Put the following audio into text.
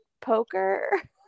Poker